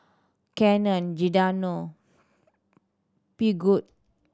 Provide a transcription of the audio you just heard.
Canon Giordano Peugeot